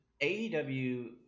AEW